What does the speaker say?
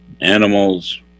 animals